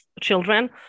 children